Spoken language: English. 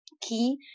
key